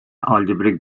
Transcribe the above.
algebraic